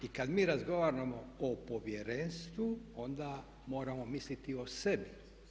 I kada mi razgovaramo o Povjerenstvu onda moramo misliti o sebi.